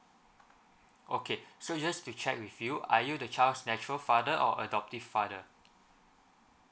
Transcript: okay so just to check with you are you the child's natural father or adoptive father